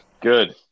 Good